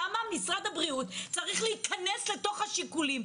למה משרד הבריאות צריך להיכנס לתוך השיקולים,